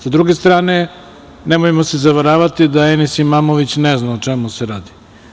S druge strane, nemojmo se zavaravati da Enis Imamović ne zna o čemu se radi.